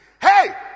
Hey